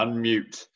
Unmute